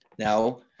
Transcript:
Now